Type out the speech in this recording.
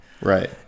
Right